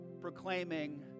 proclaiming